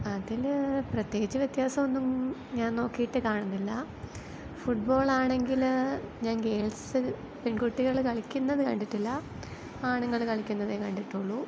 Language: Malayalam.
അതിൽ പ്രത്യേകിച്ച് വ്യത്യാസം ഒന്നും ഞാൻ നോക്കിയിട്ട് കാണുന്നില്ല ഫുട്ബോളാണെങ്കിൽ ഞാൻ ഗേൾസ് പെൺകുട്ടികൾ കളിക്കുന്നത് കണ്ടിട്ടില്ല ആണുങ്ങൾ കളിക്കുന്നതേ കണ്ടിട്ടുള്ളൂ